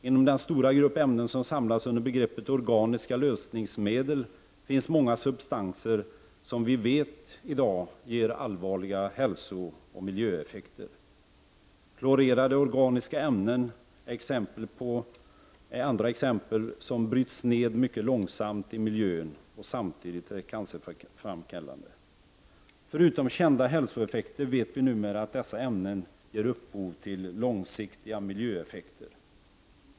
Inom den stora grupp ämnen som samlas under begreppet ”organiska lösningsmedel” finns många substanser som vi i dag vet ger allvarliga hälsooch miljöeffekter. Klorerade organiska ämnen är exempel på andra ämnen som bryts ned mycket långsamt och samtidigt är cancerframkallande. Förutom kända hälsoeffekter vet vi nu att dessa ämnen ger upphov till långsiktiga miljöeffekter.